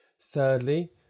Thirdly